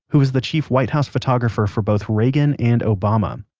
who was the chief white house photographer for both reagan and obama.